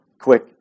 quick